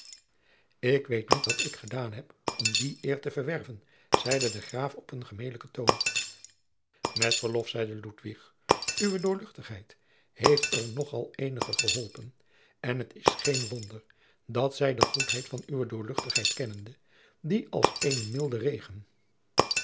ik weet niet wat ik gedaan heb om die eer te verwerven zeide de graaf op een gemelijken toon met verlof zeide ludwig uwe doorl heeft er nog al eenige geholpen en het is geen wonder dat zij de goedheid van uwe doorl kennende die als een milde regen